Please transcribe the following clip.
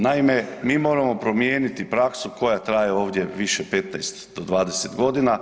Naime, mi moramo promijeniti praksu koja traje ovdje više 15 do 20 godina.